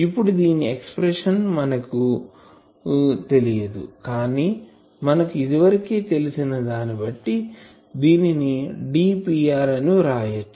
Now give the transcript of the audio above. ఇప్పుడు దీని ఎక్సప్రెషన్ మనకు తెలియదు కానీ మనకు ఇదివరకే తెలిసిన దాని బట్టి దీనిని dPr అని వ్రాయచ్చు